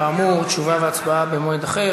כאמור, תשובה והצבעה במועד אחר.